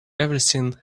everything